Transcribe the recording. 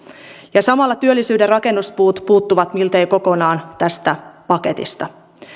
ja samalla työllisyyden rakennuspuut puuttuvat miltei kokonaan tästä paketista